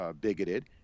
bigoted